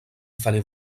fallait